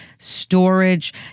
storage